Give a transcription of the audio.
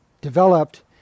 developed